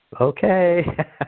okay